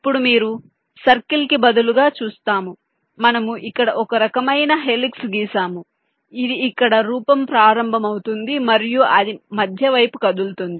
ఇప్పుడు మీరు సర్కిల్ కి బదులుగా చూస్తాము మనము ఇక్కడ ఒక రకమైన హెలిక్స్ను గీసాము అది ఇక్కడ రూపం ప్రారంభమవుతుంది మరియు అది మధ్య వైపు కదులుతుంది